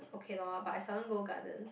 okay lor but I seldom go gardens